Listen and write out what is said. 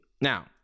now